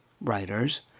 Writers